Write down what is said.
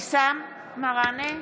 מראענה,